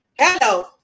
hello